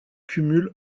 cumul